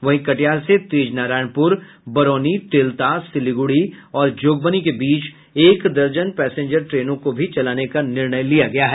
वहीं कटिहार से तेजनारायणपुर बरौनी तेलता सिलीगुड़ी और जोगबनी के बीच एक दर्जन पैसेंजर ट्रेनों को भी चलाने का निर्णय लिया गया है